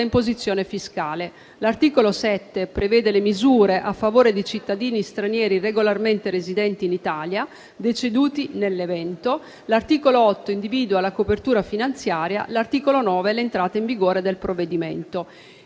imposizione fiscale. L'articolo 7 prevede misure a favore dei cittadini stranieri regolarmente residenti in Italia deceduti nell'evento. L'articolo 8 individua la copertura finanziaria e l'articolo 9 l'entrata in vigore del provvedimento.